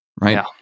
right